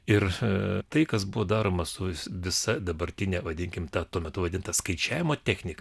ir tai kas buvo daroma su visa dabartine vadinkime tą tuo metu vadinta skaičiavimo technika